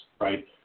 right